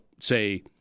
say